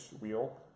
wheel